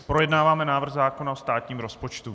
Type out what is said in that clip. Projednáváme návrh zákona o státním rozpočtu.